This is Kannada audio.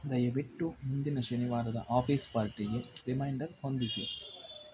ದಯವಿಟ್ಟು ಮುಂದಿನ ಶನಿವಾರದ ಆಫೀಸ್ ಪಾರ್ಟಿಗೆ ರಿಮೈಂಡರ್ ಹೊಂದಿಸಿ